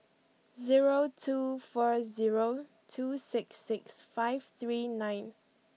zero two four zero two six six five three nine